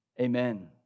Amen